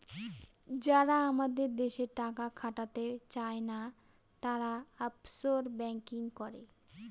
যারা আমাদের দেশে টাকা খাটাতে চায়না, তারা অফশোর ব্যাঙ্কিং করে